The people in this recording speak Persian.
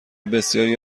بسیاری